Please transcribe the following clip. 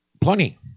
Plenty